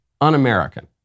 un-American